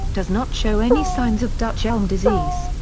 does not show any signs of dutch elm disease.